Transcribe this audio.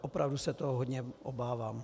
Opravdu se toho hodně obávám.